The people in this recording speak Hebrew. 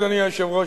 אדוני היושב-ראש,